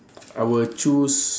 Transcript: I will choose